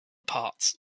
parts